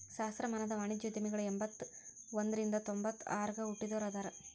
ಸಹಸ್ರಮಾನದ ವಾಣಿಜ್ಯೋದ್ಯಮಿಗಳ ಎಂಬತ್ತ ಒಂದ್ರಿಂದ ತೊಂಬತ್ತ ಆರಗ ಹುಟ್ಟಿದೋರ ಅದಾರ